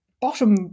bottom